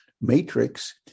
matrix